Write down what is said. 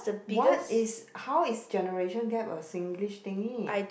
what is how is generation gap a Singlish thingy